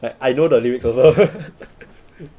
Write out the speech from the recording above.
like I know the lyrics also